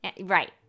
Right